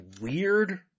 weird